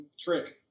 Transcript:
trick